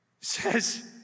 says